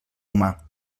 humà